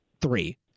three